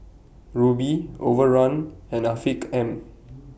Rubi Overrun and Afiq M